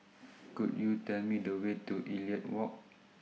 Could YOU Tell Me The Way to Elliot Walk